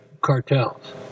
cartels